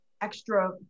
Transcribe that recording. extra